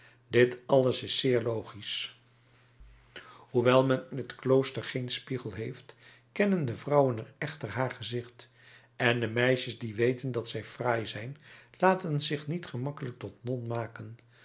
dit alles is zeer logisch hoewel men in het klooster geen spiegel heeft kennen de vrouwen er echter haar gezicht en de meisjes die weten dat zij fraai zijn laten zich niet gemakkelijk tot non maken